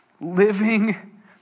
living